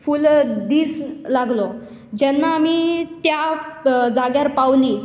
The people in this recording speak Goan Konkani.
फुल दीस लागलो जेन्ना आमी त्या जाग्यार पावली